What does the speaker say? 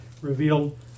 revealed